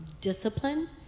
discipline